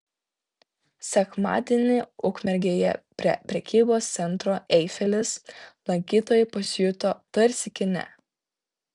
sekmadienį ukmergėje prie prekybos centro eifelis lankytojai pasijuto tarsi kine